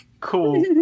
cool